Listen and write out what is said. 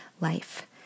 life